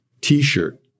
t-shirt